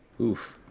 Oof